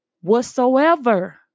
whatsoever